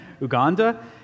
Uganda